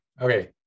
okay